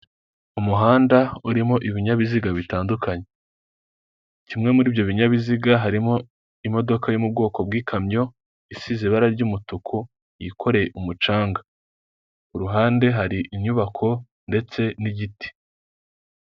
Umuhanda urimo ibinyabiziga bitandukanye, kimwe muri ibyo binyabiziga harimo: imodoka yo m'ubwoko bw'ikamyo isize ibara ry'umutuku yikore umucanga, iruhande hari inyubako ndetse n'igiti.